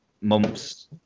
months